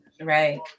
Right